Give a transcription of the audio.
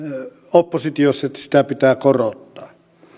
oppositiossa todettu että sitä pitää korottaa että